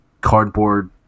cardboard